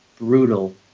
brutal